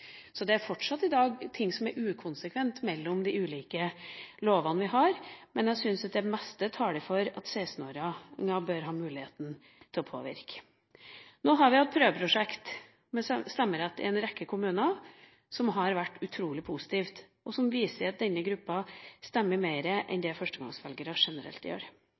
Så det er fortsatt ting som ikke er konsekvente i de ulike lovene vi har, men jeg synes at det meste taler for at 16-åringer bør ha muligheten til å påvirke. Nå har vi hatt prøveprosjekt med stemmerett i en rekke kommuner, noe som har vært utrolig positivt, og som viser at denne gruppa stemmer mer enn det førstegangsvelgere generelt gjør.